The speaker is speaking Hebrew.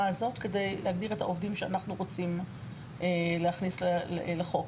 הזאת כדי להגדיר את העובדים שאנחנו רוצים להכניס לחוק.